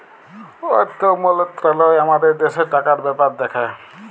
অথ্থ মলত্রলালয় আমাদের দ্যাশের টাকার ব্যাপার দ্যাখে